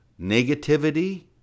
negativity